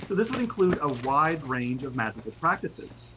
so this would include a wide range of magical practices.